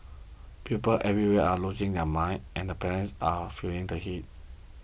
pupils everywhere are losing their minds and parents are feeling the heat